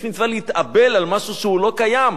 יש מצווה להתאבל על משהו שלא קיים,